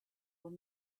will